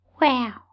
Wow